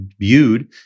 viewed